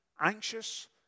anxious